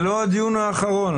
זה לא הדיון האחרון.